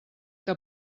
que